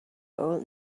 old